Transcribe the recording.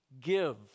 give